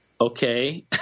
okay